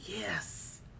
yes